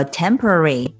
temporary